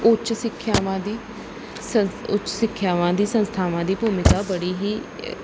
ਉੱਚ ਸਿੱਖਿਆਵਾਂ ਦੀ ਸੰ ਉੱਚ ਸਿੱਖਿਆਵਾਂ ਦੀ ਸੰਸਥਾਵਾਂ ਦੀ ਭੂਮਿਕਾ ਬੜੀ ਹੀ